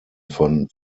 von